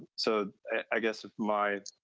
so i guess my